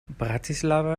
bratislava